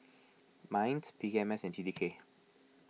Minds P K M S and T T K